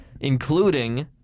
including